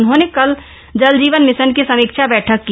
उन्होंने कल जल जीवन मिशन की समीक्षा बैठक की